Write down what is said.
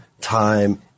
time